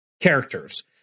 characters